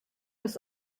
des